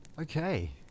Okay